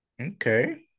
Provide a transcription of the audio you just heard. Okay